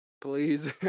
Please